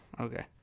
Okay